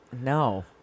No